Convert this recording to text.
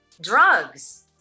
drugs